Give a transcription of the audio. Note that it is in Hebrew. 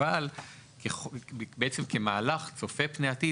אבל כמהלך צופה פני עתיד,